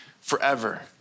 forever